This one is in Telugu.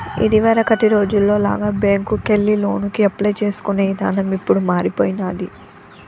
ఇదివరకటి రోజుల్లో లాగా బ్యేంకుకెళ్లి లోనుకి అప్లై చేసుకునే ఇదానం ఇప్పుడు మారిపొయ్యినాది